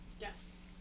Yes